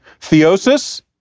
theosis